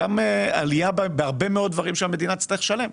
ועלייה בהרבה מאוד דברים שהמדינה תצטרך לשלם.